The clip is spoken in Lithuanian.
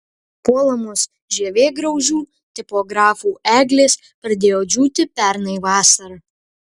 puolamos žievėgraužių tipografų eglės pradėjo džiūti pernai vasarą